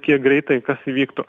kiek greitai kas įvyktų